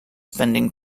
spending